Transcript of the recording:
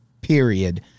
period